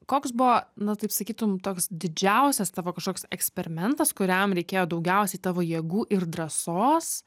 koks buvo na taip sakytum toks didžiausias tavo kažkoks eksperimentas kuriam reikėjo daugiausiai tavo jėgų ir drąsos